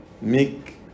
make